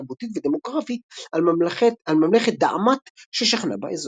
תרבותית ודמוגרפית על ממלכת דעמת ששכנה באזור.